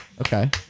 Okay